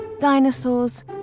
dinosaurs